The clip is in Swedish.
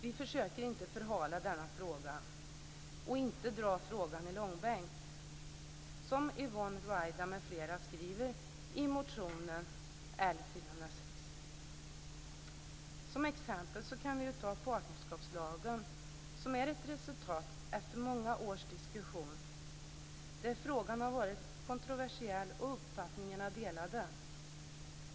Vi försöker inte "förhala" denna fråga eller "dra frågan i lågbänk" som Yvonne Ruwaida m.fl. skriver i motionen L406. Som exempel kan vi ta partnerskapslagen som är ett resultat av många års diskussion. Frågan har varit kontroversiell och uppfattningarna delade.